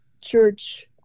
church